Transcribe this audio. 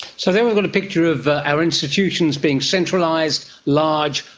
so there we've got a picture of our institutions being centralised, large,